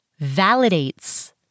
validates